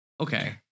okay